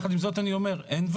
על כל